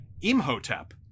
imhotep